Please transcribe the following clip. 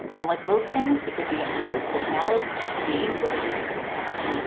and like most things, it can be improved with knowledge gained with experience.